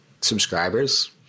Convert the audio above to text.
subscribers